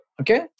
okay